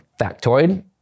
factoid